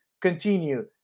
continue